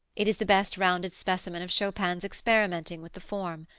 it is the best rounded specimen of chopin's experimenting with the form.